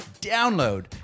Download